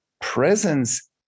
presence